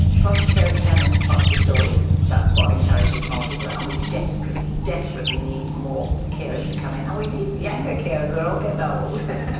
foster carers telling foster stories, that's what encourages more people. and we desperately, desperately need more carers to come in, and we need younger carers we are all getting old.